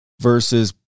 versus